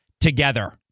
Together